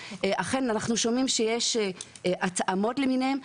אכן אנחנו שומעים שיש התאמות למיניהם,